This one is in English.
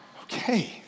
Okay